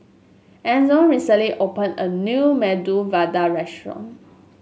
Enzo recently opened a new Medu Vada Restaurant